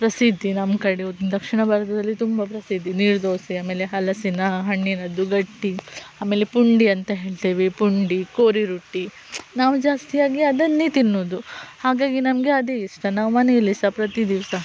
ಪ್ರಸಿದ್ಧಿ ನಮ್ಮ ಕಡೆ ದಕ್ಷಿಣ ಭಾರತದಲ್ಲಿ ತುಂಬ ಪ್ರಸಿದ್ಧಿ ನೀರು ದೋಸೆ ಆಮೇಲೆ ಹಲಸಿನ ಹಣ್ಣಿನದ್ದು ಗಟ್ಟಿ ಆಮೇಲೆ ಪುಂಡಿ ಅಂತ ಹೇಳ್ತೇವೆ ಪುಂಡಿ ಕೋರಿ ರೊಟ್ಟಿ ನಾವು ಜಾಸ್ತಿಯಾಗಿ ಅದನ್ನೇ ತಿನ್ನೋದು ಹಾಗಾಗಿ ನಮಗೆ ಅದೇ ಇಷ್ಟ ನಾವು ಮನೆಯಲ್ಲಿ ಸಹ ಪ್ರತಿದಿವಸ